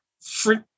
freak